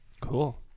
cool